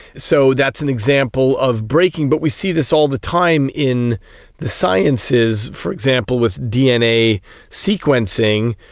so that's an example of breaking. but we see this all the time in the sciences, for example, with dna sequencing,